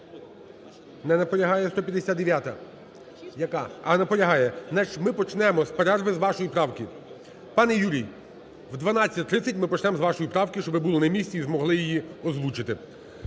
Не наполягає. 159-а. Яка? А, наполягає. Значить, ми почнемо з перерви з вашої правки. Пане Юрій, о 12.130 ми почнемо з вашої правки, щоб ви були на місці і змогли її озвучити.